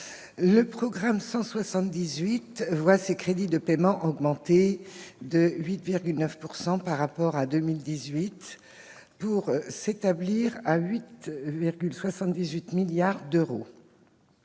Le programme 178 voit ses crédits de paiement augmenter de 8,9 % par rapport à 2018, pour s'établir à 8,78 milliards d'euros.